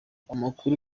amakuru